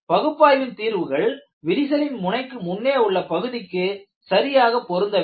பகுப்பாய்வின் தீர்வுகள் விரிசலின் முனைக்கு முன்னே உள்ள பகுதிக்கு சரியாக பொருந்த வேண்டும்